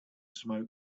smoke